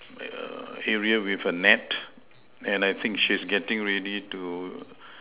yeah area with a net and I think she's getting ready to